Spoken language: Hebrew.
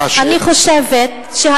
אני חושבת, מה רע בזה?